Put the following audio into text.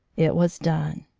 it was done.